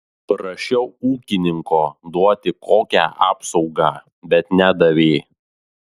prašiau ūkininko duoti kokią apsaugą bet nedavė